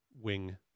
wing